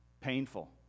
painful